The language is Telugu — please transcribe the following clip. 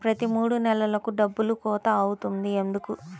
ప్రతి మూడు నెలలకు డబ్బులు కోత అవుతుంది ఎందుకు?